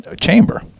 chamber